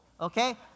Okay